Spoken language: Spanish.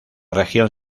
región